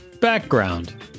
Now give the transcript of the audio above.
background